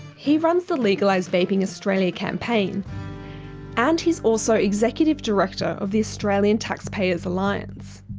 he runs the legalise vaping australia campaign and he's also executive director of the australian taxpayers alliance.